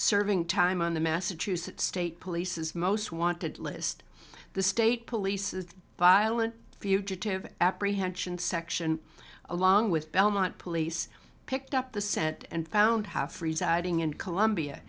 serving time on the massachusetts state police is most wanted list the state police is the violent fugitive apprehension section along with belmont police picked up the scent and found half residing in columbia